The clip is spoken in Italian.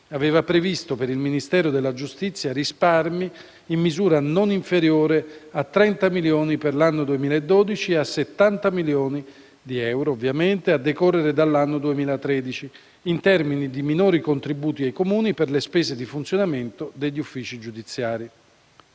aveva previsto per il Ministero della giustizia risparmi in misura non inferiore a 30 milioni di euro per l'anno 2012 e a 70 milioni di euro a decorrere dall'anno 2013, in termini di minori contributi ai Comuni per le spese di funzionamento degli uffici giudiziari.